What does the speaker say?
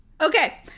Okay